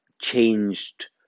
changed